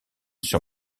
sur